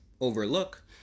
overlook